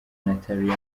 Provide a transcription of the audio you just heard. nathalie